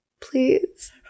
Please